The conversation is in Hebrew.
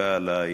חלוקה על דעתך.